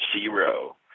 zero